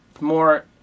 more